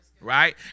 right